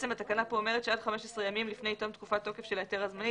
התקנה כאן אומרת שעד 15 ימים לפני תום תקופת תוקף של ההיתר הזמני,